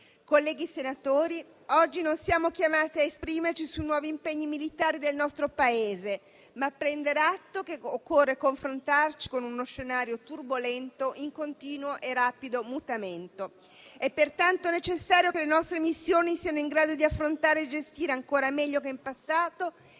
Colleghi senatori, oggi non siamo chiamati a esprimerci su nuovi impegni militari del nostro Paese, ma a prendere atto che occorre confrontarci con uno scenario turbolento in continuo e rapido mutamento. È pertanto necessario che le nostre missioni siano in grado di affrontare e gestire ancora meglio che in passato